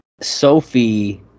Sophie